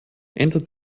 ändert